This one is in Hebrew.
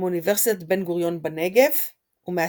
מאוניברסיטת בן-גוריון בנגב ומהטכניון.